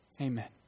Amen